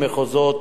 מחוזות,